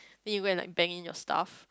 then you go and like bank in your stuff